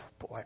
boy